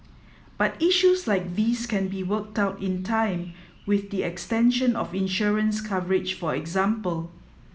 but issues like these can be worked out in time with the extension of insurance coverage for example